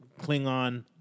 Klingon